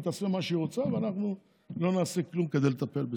היא תעשה מה שהיא רוצה ואנחנו לא נעשה כלום כדי לטפל בזה.